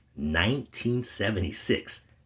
1976